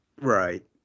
Right